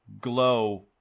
glow